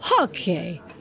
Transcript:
Okay